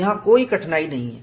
यहां कोई कठिनाई नहीं है